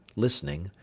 listening,